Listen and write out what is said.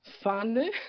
funny